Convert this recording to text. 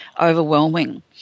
overwhelming